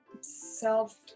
self